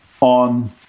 on